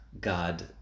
God